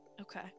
okay